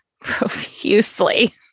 profusely